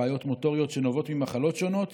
בעיות מוטוריות שנובעות ממחלות שונות